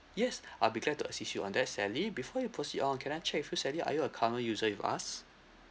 yes I'll be glad to assist you on that sally before we proceed on can I check with you sally are you a current user with us